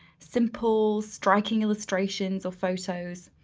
simple, striking illustrations of photos.